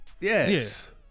Yes